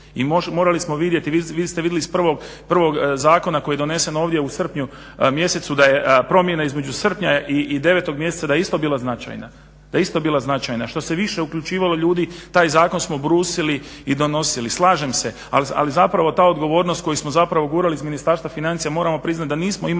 I morali smo vidjeti, vi ste vidjeli iz prvog zakona koji je donesen ovdje u srpnju mjesecu da je promjena između srpnja i 9. mjeseca da je isto bila značajna. Što se više uključivalo ljudi taj zakon smo brusili i donosili. Slažem se, ali zapravo ta odgovornost koju smo gurali iz Ministarstva financija moramo priznat da nismo imali,